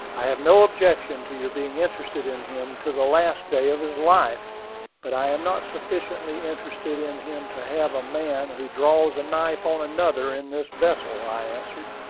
i have no objection to your being interested in him to the last day of his life but i am not sufficiently interested in him to have a man who draws a knife on another in this vessel, i answered.